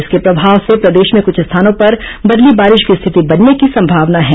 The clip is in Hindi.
इसके प्रभाव से प्रदेश में कृछ स्थानों पर बदली बारिश की स्थिति बनने की संभावना है